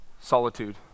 solitude